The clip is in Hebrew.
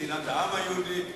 מדינת העם היהודי,